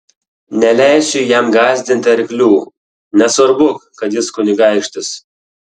neleisiu jam gąsdinti arklių nesvarbu kad jis kunigaikštis